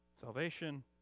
salvation